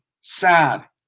sad